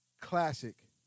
classic